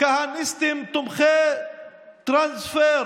כהניסטים תומכי טרנספר,